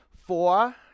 Four